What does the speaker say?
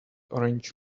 orange